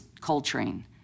Coltrane